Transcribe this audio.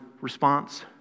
response